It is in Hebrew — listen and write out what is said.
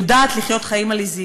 יודעת לחיות חיים עליזים.